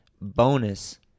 bonus